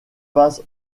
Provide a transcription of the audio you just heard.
face